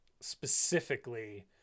specifically